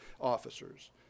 officers